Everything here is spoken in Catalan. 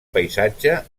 paisatge